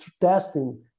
testing